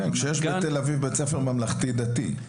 כן, כשיש בתל אביב בית ספר ממלכתי דתי.